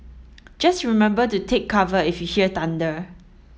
just remember to take cover if you hear thunder